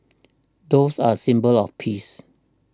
doves are a symbol of peace